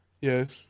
Yes